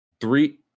Three